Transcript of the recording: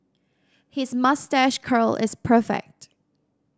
his moustache curl is perfect